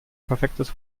perfektes